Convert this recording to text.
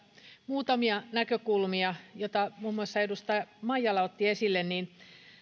muutamia näkökulmia joita muun muassa edustaja maijala otti esille